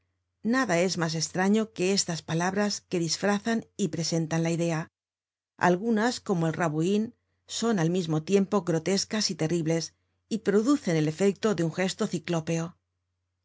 nada es mas estraño que estas palabras que disfrazan y presentan la idea algunas como el rabouin son al mismo tiempo grotescas y terribles y producen el efecto de un gesto ciclópeo